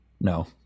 No